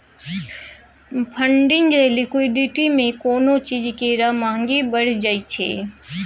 funding liquidity मे कोनो चीज केर महंगी बढ़ि जाइ छै